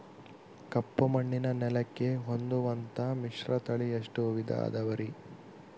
ಕಪ್ಪುಮಣ್ಣಿನ ನೆಲಕ್ಕೆ ಹೊಂದುವಂಥ ಮಿಶ್ರತಳಿ ಎಷ್ಟು ವಿಧ ಅದವರಿ?